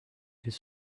his